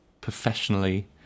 professionally